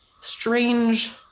strange